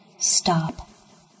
Stop